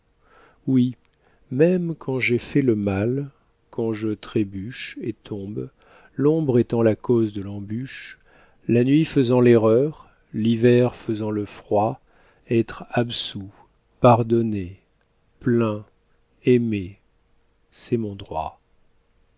oui même quand j'ai fait le mal quand je trébuche et tombe l'ombre étant la cause de l'embûche la nuit faisant l'erreur l'hiver faisant le froid être absous pardonné plaint aimé c'est mon droit